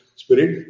spirit